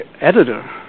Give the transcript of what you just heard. editor